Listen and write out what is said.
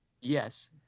Yes